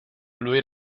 lui